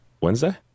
Wednesday